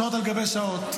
שעות על גבי שעות.